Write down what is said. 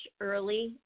early